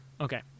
Okay